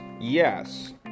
yes